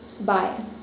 Bye